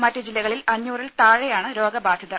മറ്റ് ജില്ലകളിൽ അഞ്ഞൂറിൽ താഴെയാണ് രോഗബാധിതർ